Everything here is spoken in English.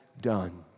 done